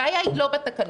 הבעיה היא לא בתקנות.